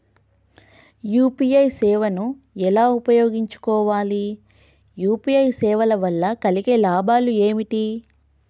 UPI సేవను ఎలా ఉపయోగించు కోవాలి? యూ.పీ.ఐ సేవల వల్ల కలిగే లాభాలు ఏమిటి?